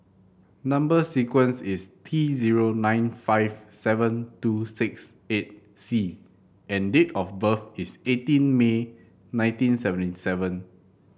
number sequence is T zero nine five seven two six eight C and date of birth is eighteen May nineteen seventy seven